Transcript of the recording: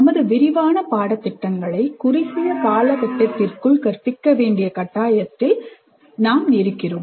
நமது விரிவான பாடத்திட்டங்களை குறுகிய காலகட்டத்திற்குள் கற்பிக்க வேண்டிய கட்டாயத்தில் இருக்கிறோம்